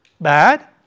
bad